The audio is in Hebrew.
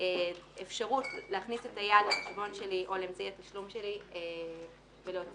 אפשרות להכניס את היד לחשבון שלי או לאמצעי